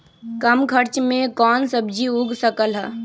कम खर्च मे कौन सब्जी उग सकल ह?